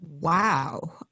Wow